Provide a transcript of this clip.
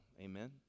Amen